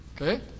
okay